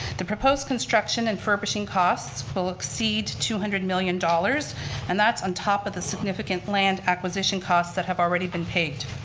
the proposed construction and furbishing costs will exceed two hundred million dollars and that's on top of the significant land acquisition costs that have already been paid.